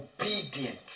obedient